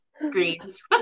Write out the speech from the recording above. greens